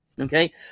okay